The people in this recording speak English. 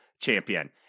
champion